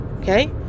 okay